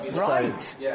Right